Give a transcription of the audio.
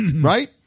Right